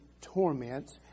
torments